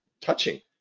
Touching